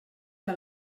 que